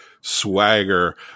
swagger